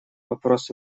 вопрос